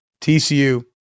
TCU